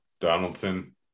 Donaldson